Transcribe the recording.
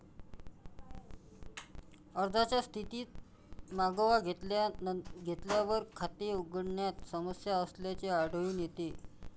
अर्जाच्या स्थितीचा मागोवा घेतल्यावर, खाते उघडण्यात समस्या असल्याचे आढळून येते